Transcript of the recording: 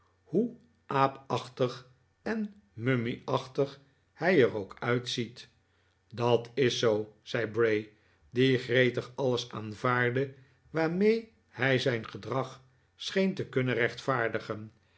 hoe aapachtig en mummieachtig hij er ook uitziet dat is zoo zei bray die gretig alles aanvaardde waarmee hij zijn gedrag scheen te kunnen rechtvaardigen